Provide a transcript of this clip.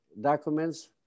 documents